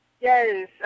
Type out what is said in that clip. Yes